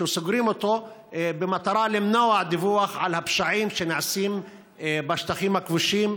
שסוגרים אותו במטרה למנוע דיווח על הפשעים שנעשים בשטחים הכבושים,